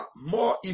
more